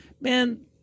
man